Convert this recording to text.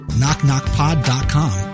knockknockpod.com